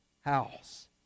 house